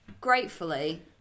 gratefully